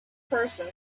person